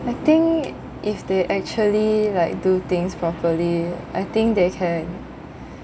I think if they actually like do things properly I think they can